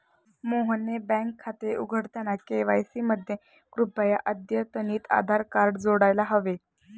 मोहनचे बँक खाते उघडताना के.वाय.सी मध्ये कृपया अद्यतनितआधार कार्ड जोडायला हवे